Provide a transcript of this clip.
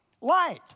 Light